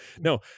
No